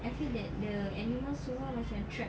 I feel that the animals semua macam trapped